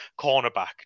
cornerback